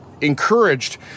encouraged